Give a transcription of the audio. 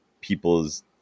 people's